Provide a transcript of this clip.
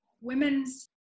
women's